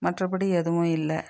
மற்றபடி எதுவும் இல்லை